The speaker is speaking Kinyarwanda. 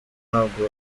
ntabwo